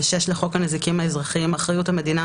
ו-(6) לחוק הנזיקים האזרחיים (אחריות המדינה),